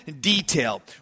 detail